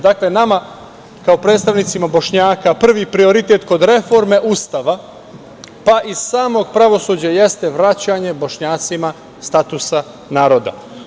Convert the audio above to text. Dakle, nama kao predstavnicima Bošnjaka prvi prioritet kod reforme Ustava, pa i samog pravosuđa, jeste vraćanje Bošnjacima statusa naroda.